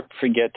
forget